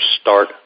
start